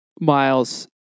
Miles